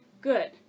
Good